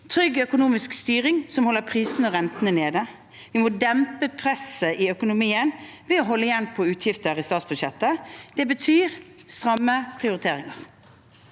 trygg økonomisk styring som holder prisene og rentene nede, og vi må dempe presset i økonomien ved å holde igjen på utgifter i statsbudsjettet. Det betyr stramme prioriteringer.